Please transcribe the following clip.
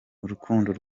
urukundo